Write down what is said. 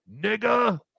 nigga